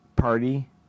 Party